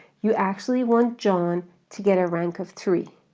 you actually want john to get a rank of three.